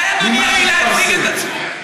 אולי אדוני יואיל להציג את עצמו?